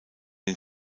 den